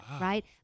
right